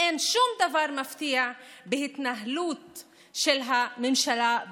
האוצר ומשרד הספורט העניקו 75 מיליון שקל לקבוצות המקצועיות,